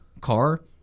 car